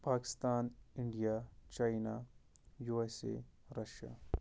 Pakistan India China USA Russia